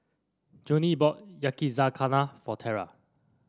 Joanie bought Yakizakana for Tyrel